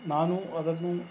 ನಾನು ಅದನ್ನು